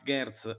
Gertz